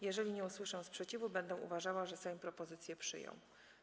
Jeżeli nie usłyszę sprzeciwu, będę uważała, że Sejm propozycję przyjął.